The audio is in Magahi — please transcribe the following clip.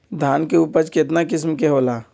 धान के उपज केतना किस्म के होला?